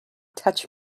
touch